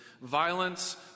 violence